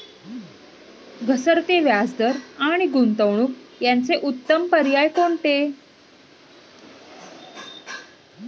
घसरते व्याजदर आणि गुंतवणूक याचे उत्तम पर्याय कोणते?